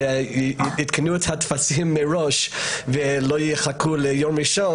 שיעדכנו את הטפסים בכל המערכת מראש ולא יחכו ליום ראשון